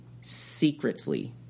secretly